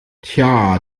tja